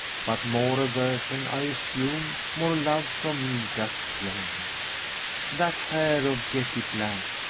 but more aversion i assume, more love from me dost claim that hair of jetty black!